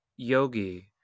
yogi